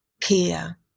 care